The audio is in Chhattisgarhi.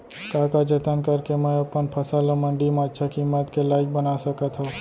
का का जतन करके मैं अपन फसल ला मण्डी मा अच्छा किम्मत के लाइक बना सकत हव?